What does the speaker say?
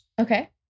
Okay